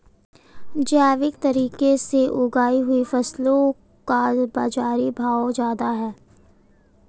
जैविक तरीके से उगाई हुई फसलों का बाज़ारी भाव ज़्यादा है